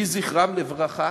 יהי זכרם לברכה,